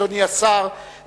אדוני השר,